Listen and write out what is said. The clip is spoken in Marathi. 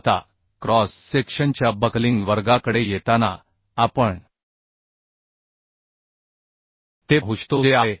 आता क्रॉस सेक्शनच्या बकलिंग वर्गाकडे येताना आपण ते पाहू शकतो जे आय